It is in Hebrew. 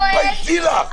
תתביישי לך.